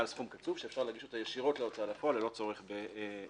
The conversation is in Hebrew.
על סכום קצוב שאפשר להגיש אותה ישירות להוצאה לפועל ללא צורך בפנייה